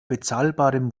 bezahlbarem